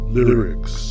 Lyrics